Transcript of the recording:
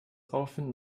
aufwind